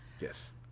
Yes